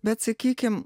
bet sakykim